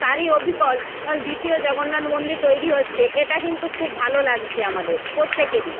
তারই অবিকল দ্বিতীয় জগন্নাথ মন্দির তৈরি হচ্ছে এটা কিন্তু খুব ভালো লাগছে আমাদের প্রত্যেকেরই